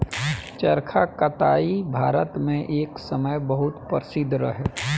चरखा कताई भारत मे एक समय बहुत प्रसिद्ध रहे